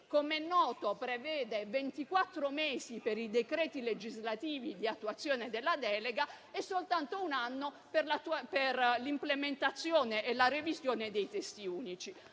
come è noto, prevede ventiquattro mesi per i decreti legislativi di attuazione della delega e soltanto un anno per l'implementazione e la revisione dei testi unici.